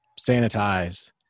sanitize